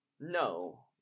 No